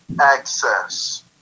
access